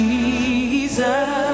Jesus